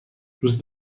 دوست